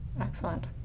Excellent